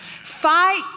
Fight